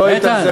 לא איתן.